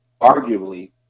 arguably